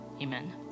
Amen